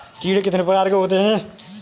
कीड़े कितने प्रकार के होते हैं?